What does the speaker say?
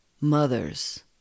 mothers